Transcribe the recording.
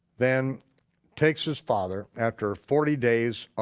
then takes his father, after forty days